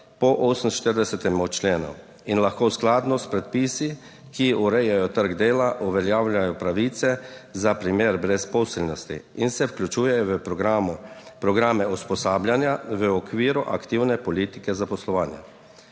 po 48. členu in lahko skladno s predpisi, ki urejajo trg dela, uveljavljajo pravice za primer brezposelnosti in se vključujejo v programe usposabljanja v okviru aktivne politike zaposlovanja.